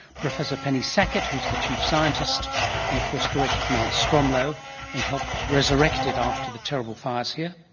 professor penny sackett, who's the chief scientist and of course directed mount stromlo and helped resurrect it after the terrible fires here.